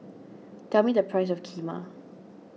tell me the price of Kheema